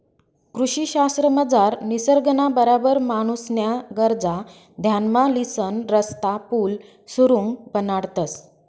कृषी शास्त्रमझार निसर्गना बराबर माणूसन्या गरजा ध्यानमा लिसन रस्ता, पुल, सुरुंग बनाडतंस